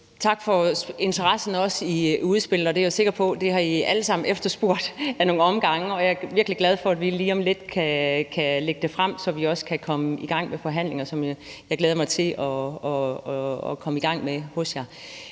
Tak for interessen, også med hensyn til udspillet. Det har I alle sammen efterspurgt ad nogle omgange, og jeg er virkelig glad for, at vi lige om lidt kan lægge det frem, så vi også kan komme i gang med forhandlingerne med jer, hvilket jeg glæder mig til.